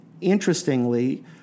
Interestingly